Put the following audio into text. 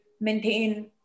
maintain